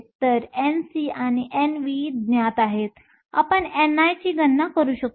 तर Nc आणि Nv ज्ञात आहेत आपण ni ची गणना करू शकतो